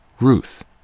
Ruth